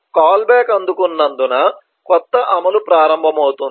call back అందుకున్నందున కొత్త అమలు ప్రారంభమవుతుంది